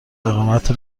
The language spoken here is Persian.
اقامت